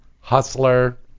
Hustler